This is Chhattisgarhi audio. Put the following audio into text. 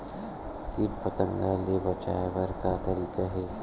कीट पंतगा ले बचाय बर का तरीका हे?